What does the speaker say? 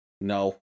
no